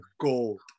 gold